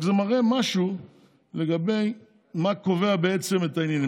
זה רק מראה משהו לגבי מה קובע, בעצם, את העניינים.